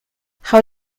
how